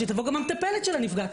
ושתבוא גם המטפלת של הנפגעת.